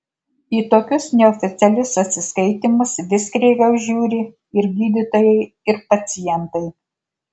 į tokius neoficialius atsiskaitymus vis kreiviau žiūri ir gydytojai ir pacientai